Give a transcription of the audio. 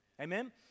Amen